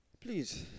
Please